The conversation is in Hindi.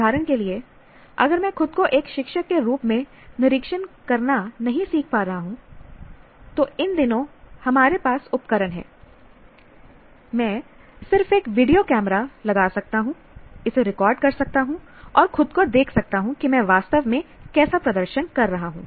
उदाहरण के लिए अगर मैं खुद को एक शिक्षक के रूप में निरीक्षण करना नहीं सीख पा रहा हूं तो इन दिनों हमारे पास उपकरण हैं मैं सिर्फ एक वीडियो कैमरा लगा सकता हूं इसे रिकॉर्ड कर सकता हूं और खुद को देख सकता हूं कि मैं वास्तव में कैसा प्रदर्शन कर रहा हूं